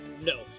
No